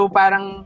parang